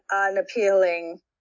unappealing